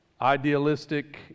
idealistic